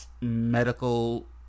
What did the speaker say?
medical